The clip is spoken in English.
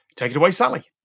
take it away, sally!